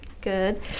Good